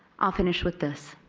ah finish with this.